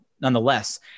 nonetheless